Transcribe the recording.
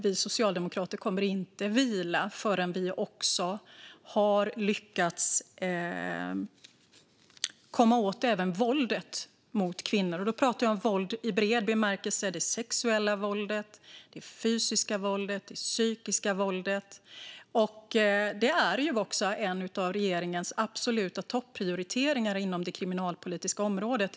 Vi socialdemokrater kommer inte att vila förrän vi också har lyckats komma åt våldet mot kvinnor. Jag pratar om våld i bred bemärkelse, det vill säga det sexuella våldet, det fysiska våldet och det psykiska våldet. Detta är också en av regeringens absoluta topprioriteringar inom det kriminalpolitiska området.